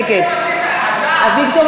נגד אביגדור